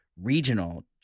Regional